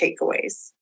takeaways